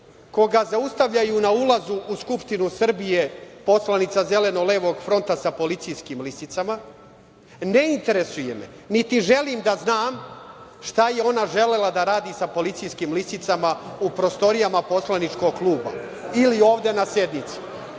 koga zaustavljaju na ulazu u Skupštinu Srbije, poslanica Zeleno-levog fronta sa policijskim lisicama. Ne interesuje me, niti želim da znam šta je ona želela da rasi sa policijskim lisicama u prostorijama poslaničkog kluba ili ovde na sednici. To